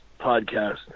podcast